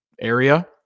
area